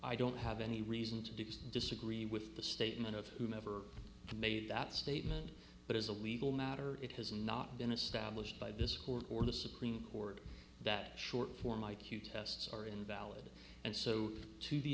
i don't have any reason to do so disagree with the statement of whomever made that statement but as a legal matter it has not been established by this court or the supreme court that short form i q tests are invalid and so to the